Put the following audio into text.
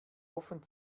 offen